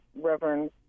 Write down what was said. Reverend